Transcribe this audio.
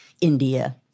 India